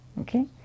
Okay